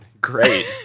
great